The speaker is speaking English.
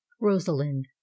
Rosalind